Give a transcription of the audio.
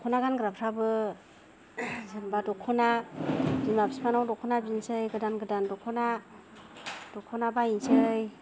दखना गानग्राफ्राबो जेनबा दखना बिफा बिफानाव दखना बिनोसै गोदान गोदान दखना दखना बायनोसै